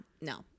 no